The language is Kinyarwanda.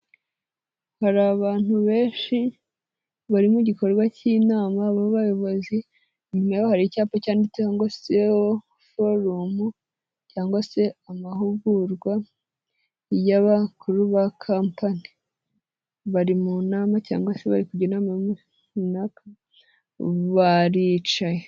Hari abantu benshi bari mu gikorwa cy'inama mu bayobozi, nyuma yabo hari icyapa cyanditseho ngo sewo foramu cyangwa se amahugurwa y'abakuru ba compani. Bari mu nama cyangwa se bari kugira inama, barica.